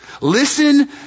Listen